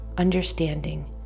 understanding